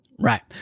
Right